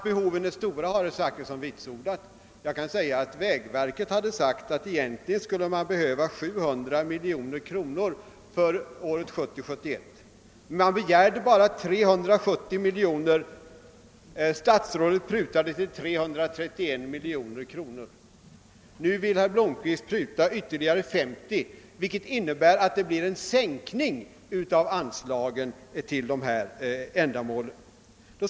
Vägverket har sagt att man egentligen skulle behöva 700 miljoner kronor för år 1970/71 men man begärde bara 370 miljoner kronor. Statsrådet prutade till 331 miljoner kronor. Nu vill herr Blomkvist pruta ytterligare 50 miljoner kronor, vilket innebär att det blir en sänkning av anslagen till dessa ändamål.